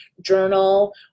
journal